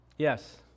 Yes